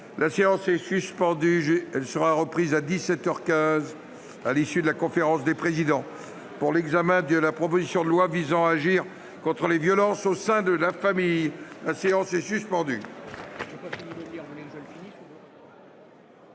la séance. Elle sera reprise à dix-sept heures quinze, à l'issue de la conférence des présidents, pour l'examen de la proposition de loi visant à agir contre les violences au sein de la famille. La séance est suspendue.